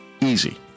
easy